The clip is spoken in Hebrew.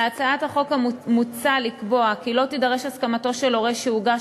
בהצעת החוק מוצע לקבוע כי לא תידרש הסכמתו של הורה שהוגש